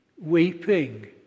weeping